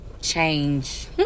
change